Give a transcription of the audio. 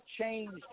changed